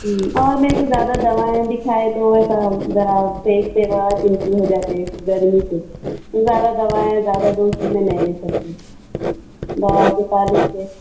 ہوں اور مے کو زیادہ دوائیں بھی کھائے تو ایسا ذرا فیس سوا پمپل ہو جاتے گرمی سے زیادہ دوائیں زیادہ ڈوز میں نہیں لے سکتی دواؤں کے تعلق سے